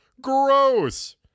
Gross